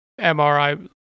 MRI